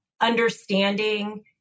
understanding